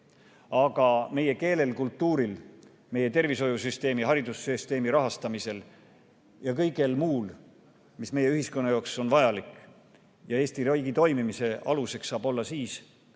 Aga meie keel, kultuur, meie tervishoiusüsteemi ja haridussüsteemi rahastamine ning kõik muu, mis meie ühiskonna jaoks on vajalik ja Eesti riigi toimimise aluseks, saavad